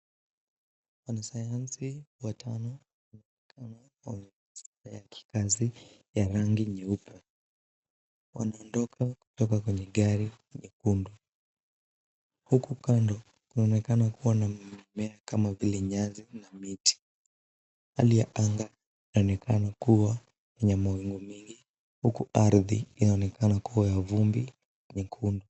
Wanasayansi watano wanaonekana wamevaa sare ya kikazi ya rangi nyeupe. Wanaondoka kutoka kwenye gari nyekundu. Huku kando kunaonekana kuwa na mimea kama vile nyasi na miti. Hali ya anga inaonekana kuwa yenye mawingu mengi, huku ardhi inaonekana kuwa ya vumbi nyekundu.